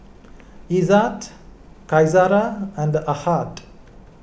Izzat Qaisara and Ahad